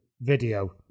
video